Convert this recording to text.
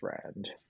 friend